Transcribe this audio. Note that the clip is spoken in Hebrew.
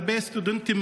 הרבה סטודנטים,